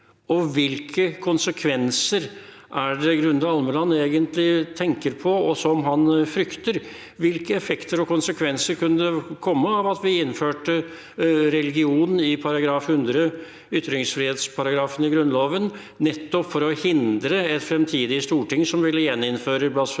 og hvilke konsekvenser er det Grunde Almeland egentlig tenker på, og som han frykter? Hvilke effekter og konsekvenser kunne det komme av at vi innførte «religion» i § 100, ytringsfrihetsparagrafen i Grunnloven, nettopp for å hindre et fremtidig storting i å ville gjeninnføre blasfemiparagrafen?